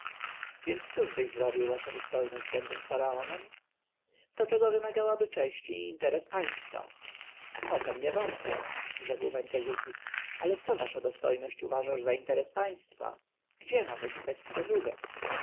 więc cóżbyś zrobił wasza dostojność będąc faraonem to czego wymagałaby cześć i interes państwa o tem nie wątpię rzekł mentezufis ale co wasza dostojność uważasz za interes państwa gdzie mamy szukać wskazówek